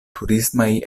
turismaj